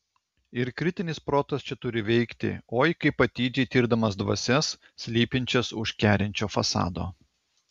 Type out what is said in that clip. ir kritinis protas čia turi veikti oi kaip atidžiai tirdamas dvasias slypinčias už kerinčio fasado